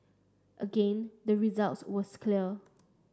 again the result was clear